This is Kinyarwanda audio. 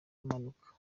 imanuka